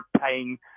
paying